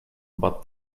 but